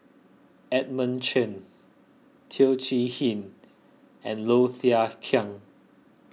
Edmund Chen Teo Chee Hean and Low Thia Khiang